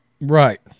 Right